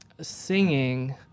singing